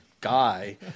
guy